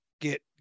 get